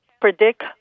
predict